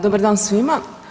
Dobar dan svima.